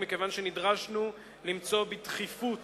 ומכיוון שנדרשנו למצוא בדחיפות